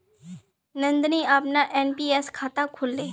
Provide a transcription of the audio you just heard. नंदनी अपनार एन.पी.एस खाता खोलले